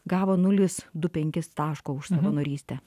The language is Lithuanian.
gavo nulis du penkis taško už savanorystę